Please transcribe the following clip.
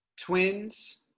Twins